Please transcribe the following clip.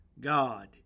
God